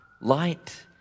Light